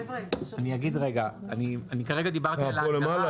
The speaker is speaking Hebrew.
כרגע דיברתי על ההגדרה.